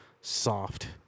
soft